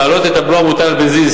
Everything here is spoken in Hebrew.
ולהעלות את הבלו המוטל על בנזין,